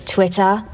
Twitter